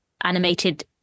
animated